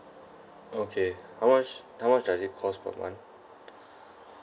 okay how much how much does it cost per month